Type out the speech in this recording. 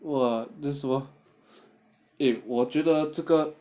!wah! 什么 eh 我觉得这个